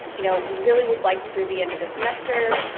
you know really would like through the end of this semester,